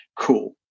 cool